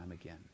again